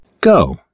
Go